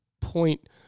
point